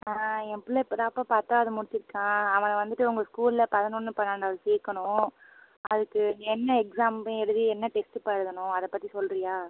ஆ என் பிள்ள இப்போ தான்ப்பா பத்தாவது முடிச்சிருக்கான் அவனை வந்துவிட்டு உங்கள் ஸ்கூலில் பதினொன்று பன்னெண்டாவது சேர்க்கணும் அதுக்கு என்ன எக்ஸாம் எழுதி என்ன டெஸ்ட்டுப்பா எழுதணும் அதை பற்றி சொல்லுறியா